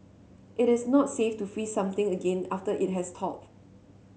it is not safe to freeze something again after it has thawed